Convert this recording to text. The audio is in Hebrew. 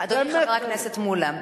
אדוני חבר הכנסת מולה,